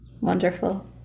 Wonderful